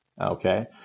Okay